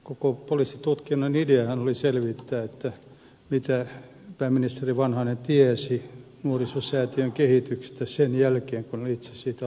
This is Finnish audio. koko poliisitutkinnan ideahan oli selvittää mitä pääministeri vanhanen tiesi nuorisosäätiön kehityksestä sen jälkeen kun oli itse siitä luopunut